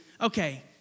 okay